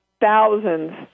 thousands